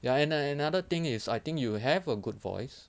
ya and another thing is I think you have a good voice